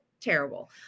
terrible